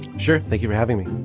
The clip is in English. sure. thank you for having me.